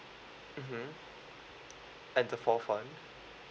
mmhmm and the fourth one